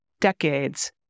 decades